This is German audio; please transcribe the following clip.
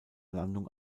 landung